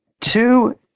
Two